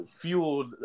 fueled